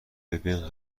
ببین